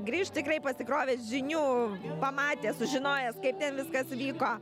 grįš tikrai pasikrovęs žinių pamatęs sužinojęs kaip ten viskas vyko